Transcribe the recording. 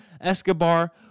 Escobar